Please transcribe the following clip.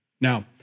Now